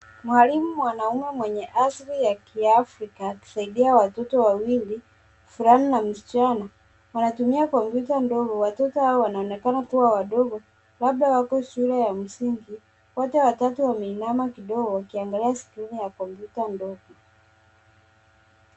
Mwalimu mwanaume mwenye asili ya kiafrika akisaidia watoto wawili mvulana na msichana. Wanatumia kompyuta ndogo. Watoto hao wanaonekana kuwa wadogo labda wako shule ya msingi. Wote watatu wameinama kidogo wakiangalia skrini ya kompyuta ndogo.